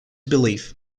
belief